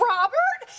Robert